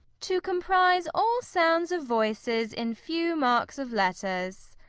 to comprise all sounds of voices, in few marks of letters